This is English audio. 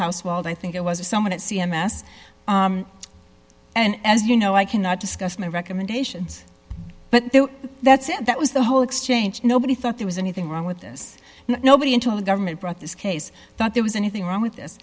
house well i think it was someone at c m s and as you know i cannot discuss my recommendations but that's it that was the whole exchange nobody thought there was anything wrong with this nobody until the government brought this case that there was anything wrong with this